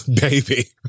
baby